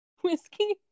whiskey